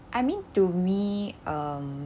I mean to me um